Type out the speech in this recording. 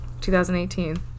2018